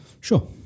Sure